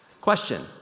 Question